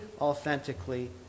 authentically